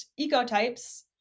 ecotypes